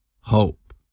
hope